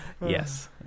Yes